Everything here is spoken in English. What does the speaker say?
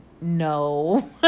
no